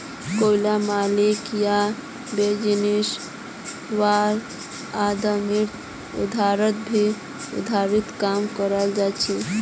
कोईला मालिक या बिजनेस वाला आदमीर द्वारा भी उधारीर काम कराल जाछेक